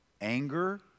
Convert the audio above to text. Anger